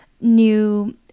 new